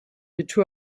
into